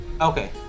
Okay